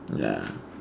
ya